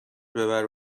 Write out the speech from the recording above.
ببره